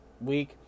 week